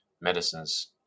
Medicines